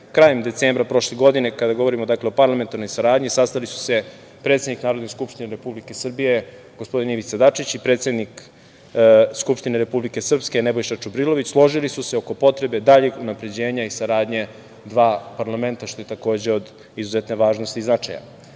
decembra prošle godine, kada govorimo o parlamentarnoj saradnji, sastali su se predsednik Narodne skupštine Republike Srbije, gospodin Ivica Dačić i predsednik Skupštine Republike Srpske, Nebojša Čubrilović, složili su se oko potrebe dalje unapređenja i saradnje dva parlamenta, što je takođe, od izuzetne važnosti i značaja. Srbija